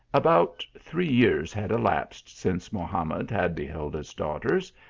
about three years had elapsed since mohamed had beheld his daughters,